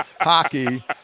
hockey